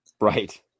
Right